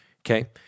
okay